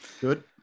Good